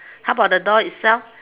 how about the door itself